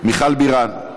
מיכל בירן,